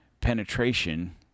penetration